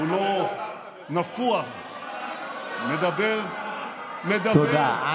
כולו נפוח, מדבר, מדבר, תודה.